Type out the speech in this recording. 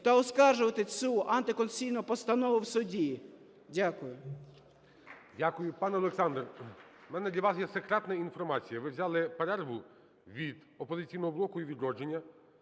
та оскаржувати цю антиконституційну постанову в суді. Дякую. ГОЛОВУЮЧИЙ. Дякую. Пан Олександр, у мене для вас є секретна інформація. Ви взяли перерву від "Опозиційного блоку" і "Відродження".